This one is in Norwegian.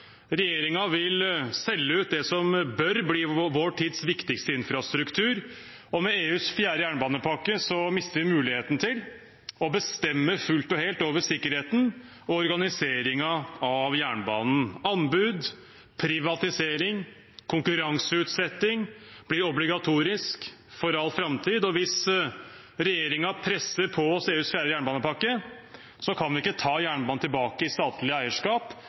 vil selge ut det som bør bli vår tids viktigste infrastruktur, og med EUs fjerde jernbanepakke mister vi muligheten til å bestemme fullt og helt over sikkerheten og organiseringen av jernbanen. Anbud, privatisering og konkurranseutsetting blir obligatorisk for all framtid, og hvis regjeringen presser på oss EUs fjerde jernbanepakke, kan vi ikke ta jernbanen tilbake i statlig eierskap,